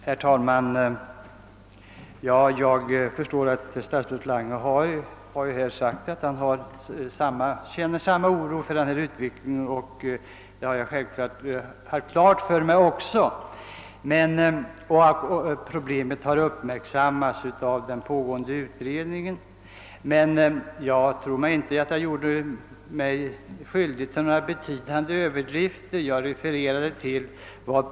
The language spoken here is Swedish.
Herr talman! Statsrådet Lange säger att han känner samma oro för den här utvecklingen som jag gör — vilket jag också har haft klart för mig — och att problemet har uppmärksammats av den pågående utredningen. Jag tror emellertid inte att jag gjorde mig skyldig till några betydande överdrifter när jag skildrade rådande förhållanden.